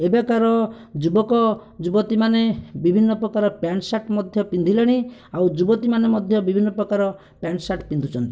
ଏବେକାର ଯୁବକ ଯୁବତୀମାନେ ବିଭିନ୍ନ ପ୍ରକାର ପ୍ୟାଣ୍ଟ ସାର୍ଟ ମଧ୍ୟ ପିନ୍ଧିଲେଣି ଆଉ ଯୁବତୀମାନେ ମଧ୍ୟ ବିଭିନ୍ନ ପ୍ରକାର ପ୍ୟାଣ୍ଟ ସାର୍ଟ ପିନ୍ଧୁଛନ୍ତି